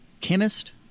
chemist